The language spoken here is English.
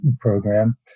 program